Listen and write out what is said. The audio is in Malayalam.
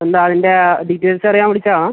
എന്താണ് അതിൻ്റെ ഡീറ്റെയിൽസ് അറിയാൻ വിളിച്ചതാണ്